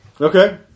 Okay